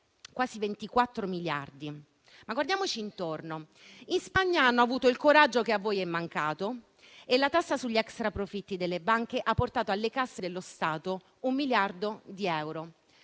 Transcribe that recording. Quasi 24 miliardi. Ma guardiamoci intorno: in Spagna hanno avuto il coraggio che a voi è mancato e la tassa sugli extraprofitti delle banche ha portato nelle casse dello Stato un miliardo di euro.